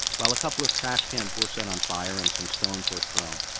while a couple of trash cans were set on fire and some stones were thrown,